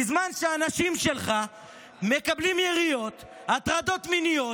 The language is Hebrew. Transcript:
בזמן שהאנשים שלך מקבלים יריות, הטרדות מיניות,